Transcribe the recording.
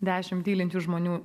dešimt tylinčių žmonių